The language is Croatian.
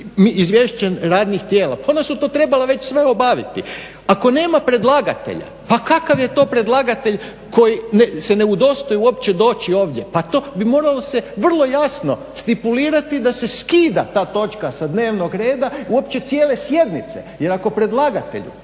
izvješće radnih tijela. Pa ona su to trebala već sve obaviti. Ako nema predlagatelja pa kakav je to predlagatelj koji se ne udostoji doći uopće ovdje pa … morao se vrlo jasno stipulirati da se skida ta točka sa dnevnog reda uopće cijele sjednice jer ako predlagatelju